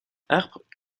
harpe